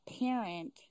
parent